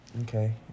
okay